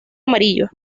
amarillo